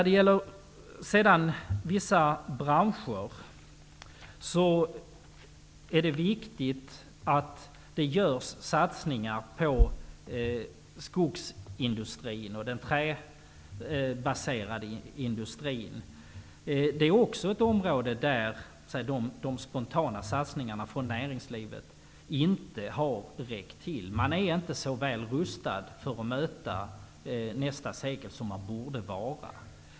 Det är viktigt att det görs satsningar i skogsindustrin och i den träbaserade industrin. Det är också ett område där de spontana satsningarna från näringslivet inte har räckt till. Man är inte så väl rustad som man borde vara för att möta nästa sekel.